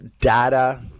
data